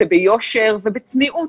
ביושר ובצניעות.